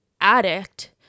addict